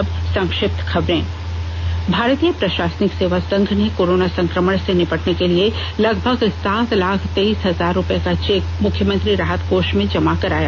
और अब संक्षिप्त खबरें भारतीय प्रशासनिक सेवा संघ ने कोरोना संक्रमण से निपटने के लिए लगभग सात लाख तेइस हजार रुपए का चेक मुख्यमंत्री राहत कोष में जमा कराया